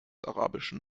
arabischen